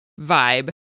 vibe